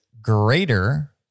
greater